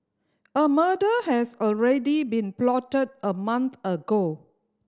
a murder has already been plotted a month ago